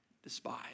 Despise